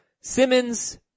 Simmons